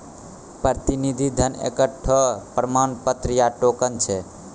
प्रतिनिधि धन एकठो प्रमाण पत्र या टोकन छै